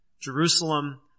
Jerusalem